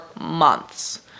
months